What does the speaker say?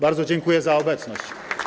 Bardzo dziękuję za obecność.